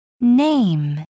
name